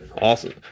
Awesome